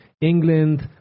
England